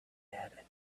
had